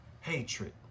hatred